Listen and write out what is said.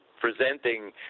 presenting